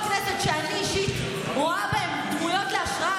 כנסת שאני אישית רואה בהן דמויות להשראה,